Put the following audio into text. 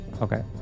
Okay